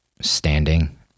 standing